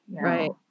Right